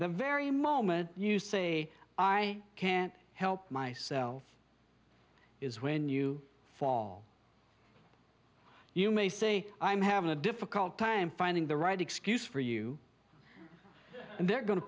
the very moment you say i can't help myself is when you fall you may say i'm having a difficult time finding the right excuse for you and they're go